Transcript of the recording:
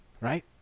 Right